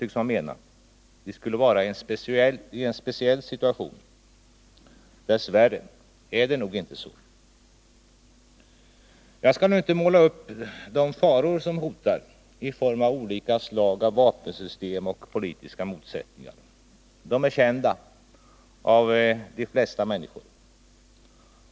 Vi skulle vara i en speciell situation. Dess värre är det nog inte så. Jag skall nu inte måla upp de faror som hotar i form av olika slag av vapensystem och politiska motsättningar. De är kända av de flesta människor.